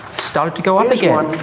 start to go up again,